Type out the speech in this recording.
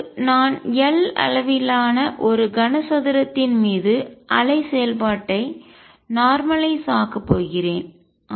இப்போது நான் L அளவிலான ஒரு கனசதுரத்தின் மீது அலை செயல்பாட்டை நார்மலய்ஸ் ஆக்க போகிறேன்